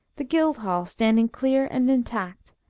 the guildhall standing clear and intact,